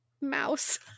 Mouse